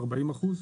40 אחוזים,